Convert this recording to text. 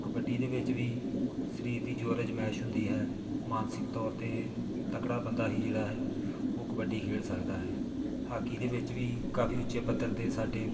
ਕਬੱਡੀ ਦੇ ਵਿੱਚ ਵੀ ਸਰੀਰ ਦੀ ਜੋਰ ਅਜਮੈਸ਼ ਹੁੰਦੀ ਹੈ ਮਾਨਸਿਕ ਤੌਰ 'ਤੇ ਤਕੜਾ ਬੰਦਾ ਹੀ ਜਿਹੜਾ ਹੈ ਉਹ ਕਬੱਡੀ ਖੇਡ ਸਕਦਾ ਹੈ ਹਾਕੀ ਦੇ ਵਿੱਚ ਵੀ ਕਾਫੀ ਉੱਚੇ ਪੱਧਰ ਦੇ ਸਾਡੇ